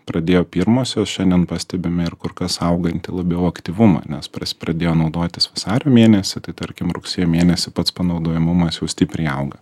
pradėjo pirmosios šiandien pastebime ir kur kas augantį labiau aktyvumą nes pras pradėjo naudotis vasario mėnesį tai tarkim rugsėjo mėnesį pats panaudojamumas jau stipriai auga